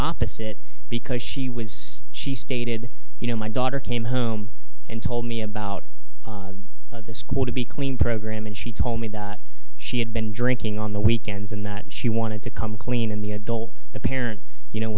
opposite because she was she stated you know my daughter came home and told me about the school to be clean program and she told me that she had been drinking on the weekends and that she wanted to come clean in the adult the parent you know